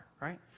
Right